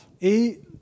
Et